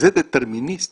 זה דטרמיניסטי.